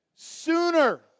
sooner